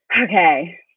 Okay